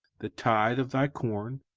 the tithe of thy corn,